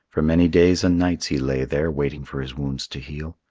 for many days and nights he lay there waiting for his wounds to heal.